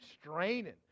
straining